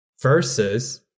versus